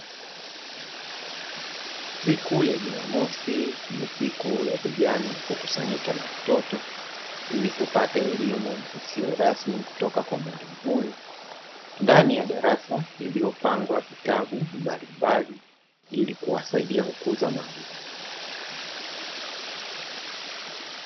Siku ya jumamosi ni siku ya vijana kukusanyika na watoto, ili kupata elimu isiyo rasmi kutoka kwa mwalimu huyu, ndani ya darasa lililopangwa vitabu mbalimbali, ili kuwasaidia kukuza maarifa.